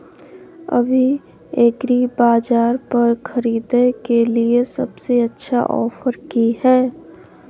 अभी एग्रीबाजार पर खरीदय के लिये सबसे अच्छा ऑफर की हय?